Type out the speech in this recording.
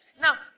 Now